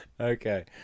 Okay